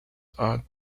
are